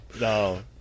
No